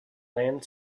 land